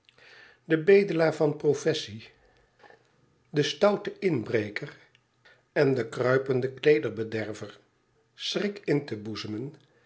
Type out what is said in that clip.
den bedelaar van professie den stouten inbreker en den kruipenden kleederbederver schrik in te boezemen